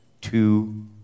two